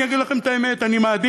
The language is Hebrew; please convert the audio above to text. אני אגיד לכם את האמת, אני מעדיף